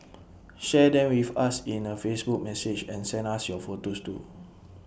share them with us in A Facebook message and send us your photos too